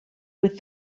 with